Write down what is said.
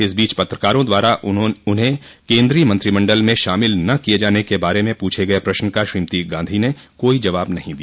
इस बीच पत्रकारों द्वारा उन्हें केन्द्रीय मंत्रिमंडल में शामिल न किये जाने के बारे में पुछे गये प्रश्न का श्रीमती गांधी ने कोई जवाब नहीं दिया